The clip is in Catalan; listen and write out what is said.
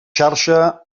xarxa